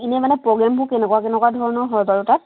এনেই মানে প্ৰগ্ৰেমবোৰ কেনেকুৱা কেনেকুৱা ধৰণৰ আৰু তাত